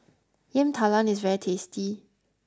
yam talam is very tasty